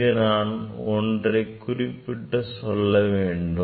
இங்கு நான் ஒன்றை குறிப்பிட்டு சொல்ல வேண்டும்